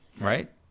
Right